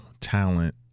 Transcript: talent